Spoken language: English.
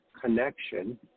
connection